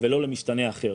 ולא למשתנה אחר.